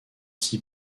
six